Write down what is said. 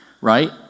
right